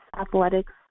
athletics